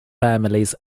families